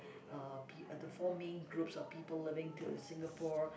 uh be uh the four main groups of people living to Singapore